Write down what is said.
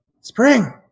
Spring